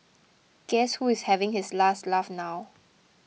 guess who is having his last laugh now